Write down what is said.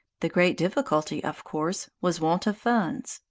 the great difficulty, of course, was want of funds.